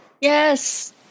Yes